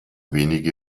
wenige